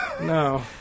No